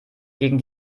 gegen